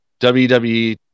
WWE